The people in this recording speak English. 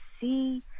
see